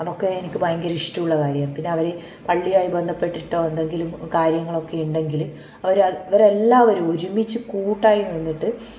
അതൊക്കെ എനിക്ക് ഭയങ്കര ഇഷ്ടമുള്ള കാര്യമാണ് പിന്നെ അവർ പള്ളിയായി ബന്ധപ്പെട്ടിട്ടോ എന്തെങ്കിലും കാര്യങ്ങളൊക്കെ ഉണ്ടെങ്കിൽ അവരെല്ലാവരും ഒരുമിച്ച് കൂട്ടായി നിന്നിട്ട്